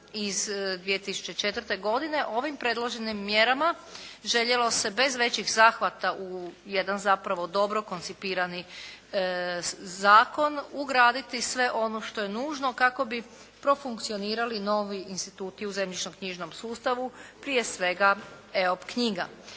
iz 2004. godine ovim predloženim mjerama željelo se bez većih zahvata u jedan zapravo dobro koncipirani zakon ugraditi sve ono što je nužno kako bi profunkcionirali novi instituti u zemljišnoknjižnom sustavu, prije svega EOP knjiga.